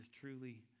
truly